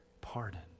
pardon